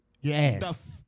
Yes